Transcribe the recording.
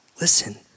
listen